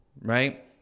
right